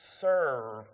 serve